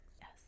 Yes